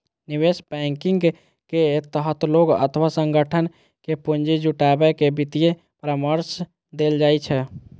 निवेश बैंकिंग के तहत लोग अथवा संगठन कें पूंजी जुटाबै आ वित्तीय परामर्श देल जाइ छै